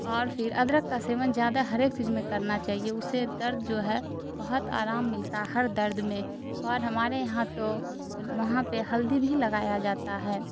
اور پھر ادرک کا سیون زیادہ ہرایک چیز میں کرنا چاہیے اس سے درد جو ہے بہت آرام ملتا ہر درد میں اور ہمارے یہاں تو وہاں پہ ہلدی بھی لگایا جاتا ہے